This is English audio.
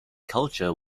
culture